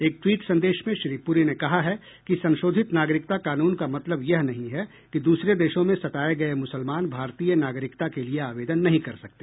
एक टवीट संदेश में श्री पुरी ने कहा है कि संशोधित नागरिकता कानून का मतलब यह नहीं है कि द्सरे देशों में सताए गए मुसलमान भारतीय नागरिकता के लिए आवेदन नहीं कर सकते